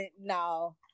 no